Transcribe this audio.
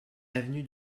avenue